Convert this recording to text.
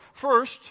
First